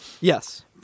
Yes